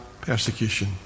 persecution